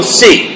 see